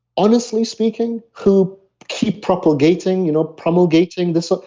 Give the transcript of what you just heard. honestly speaking, who keep propagating you know promulgating this, ah